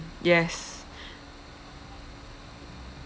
yes